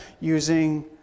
using